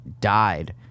died